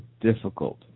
difficult